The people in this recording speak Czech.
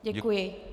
Děkuji.